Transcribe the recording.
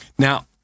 Now